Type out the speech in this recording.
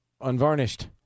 Unvarnished